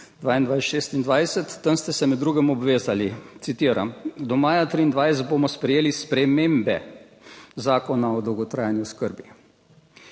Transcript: tam ste se med drugim obvezali, citiram: "Do maja 2023 bomo sprejeli spremembe Zakona o dolgotrajni oskrbi,